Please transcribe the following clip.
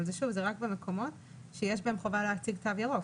שוב, זה רק במקומות שיש בהם חובה להציג תו ירוק.